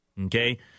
okay